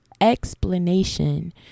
explanation